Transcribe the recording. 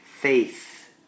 Faith